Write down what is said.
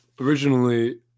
Originally